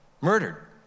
murdered